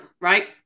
right